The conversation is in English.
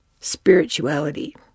spirituality